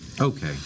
Okay